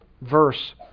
verse